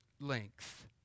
length